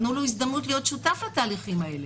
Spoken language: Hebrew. תנו לו הזדמנות להיות שותף לתהליכים האלה.